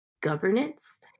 governance